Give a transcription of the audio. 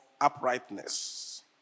uprightness